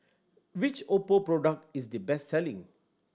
which Oppo product is the best selling